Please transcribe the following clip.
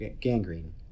gangrene